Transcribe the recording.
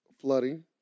flooding